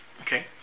Okay